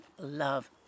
love